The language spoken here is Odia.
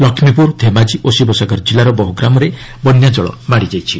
ଲକ୍ଷ୍ମୀପୁର ଧେମାଜୀ ଓ ଶିବସାଗର ଜିଲ୍ଲାର ବହୁ ଗ୍ରାମରେ ବନ୍ୟାଜଳ ମାଡ଼ିଯାଇଛି